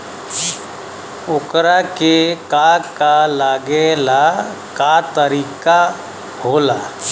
ओकरा के का का लागे ला का तरीका होला?